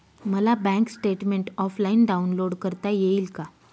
मला bank statement offline download करता येईल का?